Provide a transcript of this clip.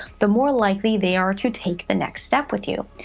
the more likely they are to take the next step with you.